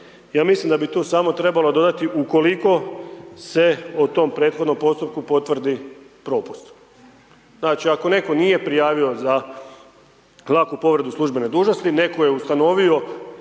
ja mislim da bi tu samo trebalo dodati ukoliko se o tom prethodnom postupku potvrdi propust. Znači ako netko nije prijavio za laku povredu službene dužnosti, netko je ustanovio